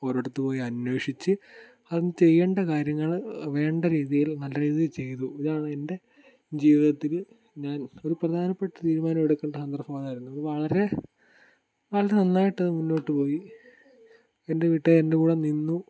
ഒരൊടുത്ത് പോയി അന്വേഷിച്ച് അതിന് ചെയ്യേണ്ട കാര്യങ്ങൾ വേണ്ട രീതിയിൽ നല്ല രീതിയിൽ ചെയ്തു ഇതാണ് എൻ്റെ ജീവിതത്തിൽ ഞാൻ ഒരു പ്രധാനപ്പെട്ട തീരുമാനം എടുക്കേണ്ട സന്ദർഭം അതായിരുന്നു വളരെ വളരെ നന്നായിട്ട് അത് മുന്നോട്ട് പോയി എൻ്റെ വീട്ടുകാർ എൻ്റെ കൂടെ നിന്നു